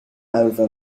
over